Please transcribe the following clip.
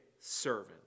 servant